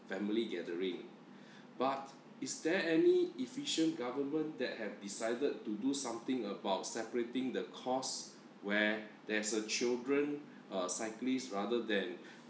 family gathering but is there any efficient government that have decided to do something about separating the course where there's a children uh cyclist rather than